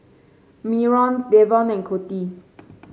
Myron Davon and Coty